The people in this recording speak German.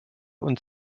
und